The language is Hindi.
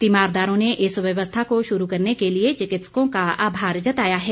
तीमारदारों ने इस व्यवस्था को शुरू करने के लिए चिकित्सकों का आभार जताया है